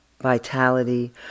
vitality